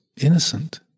innocent